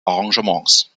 arrangements